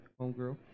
Homegirl